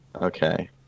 Okay